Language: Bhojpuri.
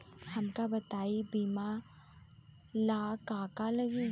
हमका बताई बीमा ला का का लागी?